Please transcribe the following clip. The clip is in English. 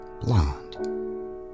Blonde